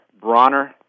Bronner